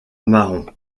marron